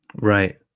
Right